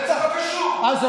כמה